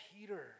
Peter